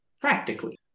practically